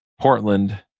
Portland